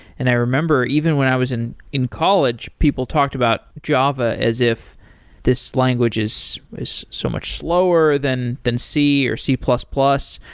and i remember even when i was in in college, people talked about java as if this language is is so much slower than than c, or c plus plus.